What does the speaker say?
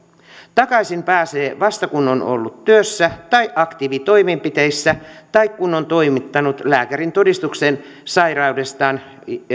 takaisin pääsee vasta kun on ollut työssä tai aktiivitoimenpiteissä tai kun on toimittanut lääkärintodistuksen sairaudestaan